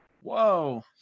Whoa